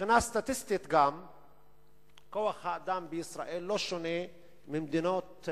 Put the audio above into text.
מבחינה סטטיסטית כוח-האדם בישראל לא שונה ממדינות